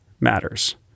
matters